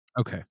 Okay